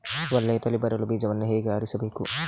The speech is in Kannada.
ಒಳ್ಳೆಯ ತಳಿ ಬರಲು ಬೀಜವನ್ನು ಹೇಗೆ ಆರಿಸಬೇಕು?